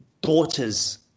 daughters